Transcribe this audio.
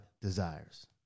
desires